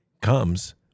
comes